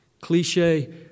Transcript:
cliche